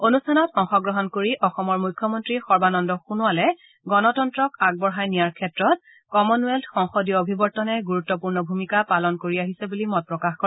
অনুষ্ঠানত অংশগ্ৰহণ কৰি অসমৰ মুখ্যমন্ত্ৰী সৰ্বানন্দ সোণোৱালে গণতন্ত্ৰক আগবঢ়াই নিয়াৰ ক্ষেত্ৰত কমনৱেল্থ সংসদীয় অভিৱৰ্তনে গুৰুত্বপূৰ্ণ ভূমিকা পালন কৰি আহিছে বুলি মত প্ৰকাশ কৰে